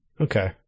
Okay